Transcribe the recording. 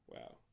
wow